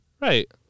Right